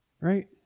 Right